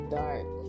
dark